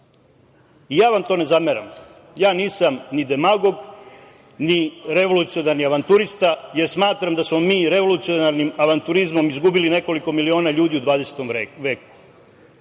Ja vam to ne zameram. Ja nisam ni demagog, ni revolucionarni avanturista, jer smatram da smo mi revolucionarnim avanturizmom izgubili nekoliko miliona ljudi u 20 veku.